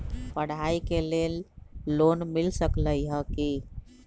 पढाई के लेल लोन मिल सकलई ह की?